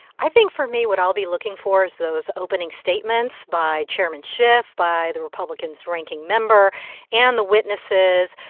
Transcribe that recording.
i think for me, what i'll be looking for is those opening statements by chairman schiff, by the republicans' ranking member and the witnesses.